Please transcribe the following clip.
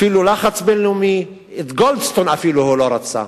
אפילו לחץ בין-לאומי, את גולדסטון הוא לא רצה.